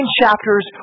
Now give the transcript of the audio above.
chapters